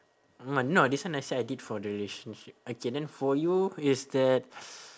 no this one I said I did for the relationship okay then for you is that